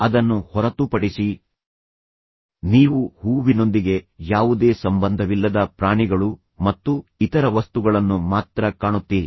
ಅದನ್ನು ಹೊರತುಪಡಿಸಿ ನೀವು ಹೂವಿನೊಂದಿಗೆ ಯಾವುದೇ ಸಂಬಂಧವಿಲ್ಲದ ಪ್ರಾಣಿಗಳು ಮತ್ತು ಇತರ ವಸ್ತುಗಳನ್ನು ಮಾತ್ರ ಕಾಣುತ್ತೀರಿ